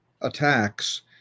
attacks